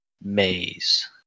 maze